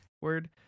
word